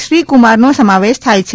શ્રીકુમારનો સમાવેશ થાય છે